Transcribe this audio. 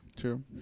True